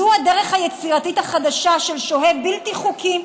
זו הדרך היצירתית החדשה של שוהה בלתי חוקי,